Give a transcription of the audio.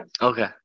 okay